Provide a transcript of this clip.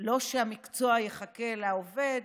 לא שהמקצוע יחכה לעובד,